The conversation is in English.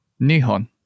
Nihon